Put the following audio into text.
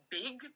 big